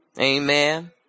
Amen